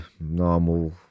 normal